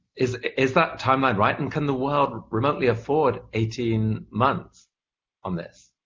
is is that time line right? and can the world remotely afford eighteen months on this?